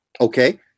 Okay